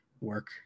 work